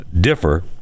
differ